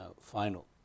final